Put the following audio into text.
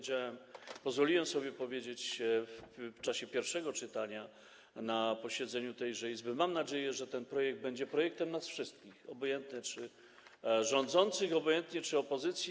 Tak jak pozwoliłem sobie powiedzieć w czasie pierwszego czytania na posiedzeniu tej Izby, mam nadzieję, że ten projekt będzie projektem nas wszystkich, obojętnie czy rządzących, czy opozycji.